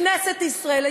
כנסת ישראל,